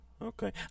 Okay